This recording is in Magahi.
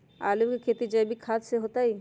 आलु के खेती जैविक खाध देवे से होतई?